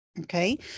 okay